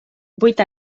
vuit